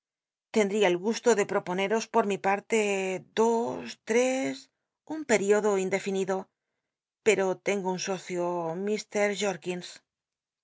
l'cndl'ia el gusto de proponeros por mi parle dos tte mt periodo indennido pero tengo un ocio